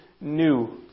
new